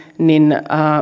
niin